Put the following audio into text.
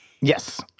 Yes